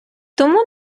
тому